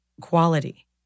quality